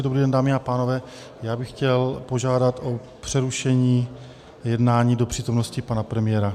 Dobrý den, dámy a pánové, já bych chtěl požádat o přerušení jednání do přítomnosti pana premiéra.